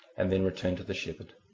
and then return to the shepherd.